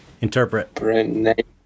interpret